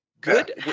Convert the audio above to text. Good